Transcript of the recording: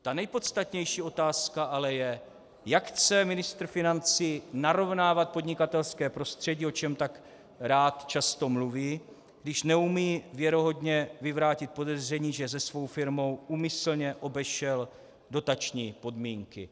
Ta nejpodstatnější otázka ale je, jak chce ministr financí narovnávat podnikatelské prostředí, o čem tak rád často mluví, když neumí věrohodně vyvrátit podezření, že se svou firmou úmyslně obešel dotační podmínky.